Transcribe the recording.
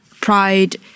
pride